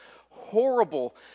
horrible